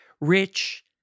rich